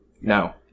No